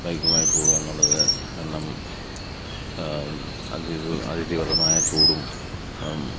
ബൈക്കുമായി പോവുക എന്നുള്ളത് കാരണം അതി തീവ്രമായ ചൂടും